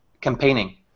campaigning